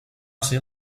ser